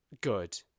good